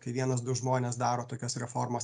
kai vienas du žmonės daro tokias reformas